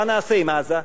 מה נעשה עם עזה?